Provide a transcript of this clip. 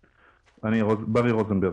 לאומי,